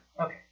Okay